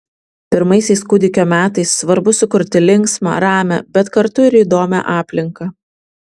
pirmaisiais kūdikio metais svarbu sukurti linksmą ramią bet kartu ir įdomią aplinką